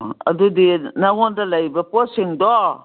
ꯑꯗꯨꯗꯤ ꯅꯪꯉꯣꯟꯗ ꯂꯩꯕ ꯄꯣꯠꯁꯤꯡꯗꯣ